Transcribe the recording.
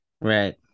right